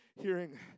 hearing